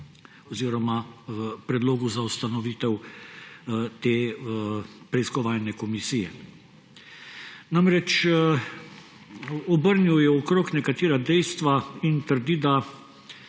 oziroma predlogu za ustanovitev te preiskovalne komisije. Obrnil je okrog nekatera dejstva in trdi, da